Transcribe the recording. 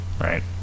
right